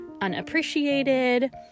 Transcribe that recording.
unappreciated